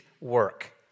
work